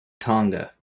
tonga